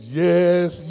yes